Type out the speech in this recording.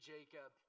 Jacob